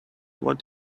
what